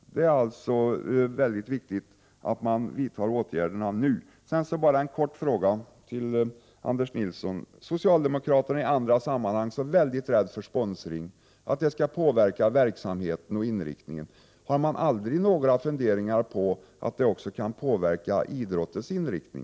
Det är alltså mycket viktigt att vidta åtgärder nu. Till sist bara en kort fråga till Anders Nilsson. Socialdemokraterna är ju i andra sammanhang väldigt rädda för sponsring och för att denna skall påverka verksamheten och dess inriktning. Har ni aldrig några funderingar på att sponsring också kan påverka idrottens inriktning?